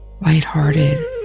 lighthearted